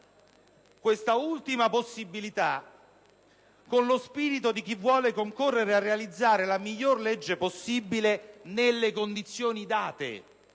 quest'ultima possibilità, con lo spirito di chi vuole concorrere a realizzare la migliore legge possibile nelle condizioni date